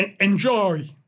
Enjoy